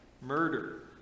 murder